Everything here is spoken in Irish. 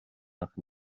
nach